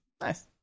nice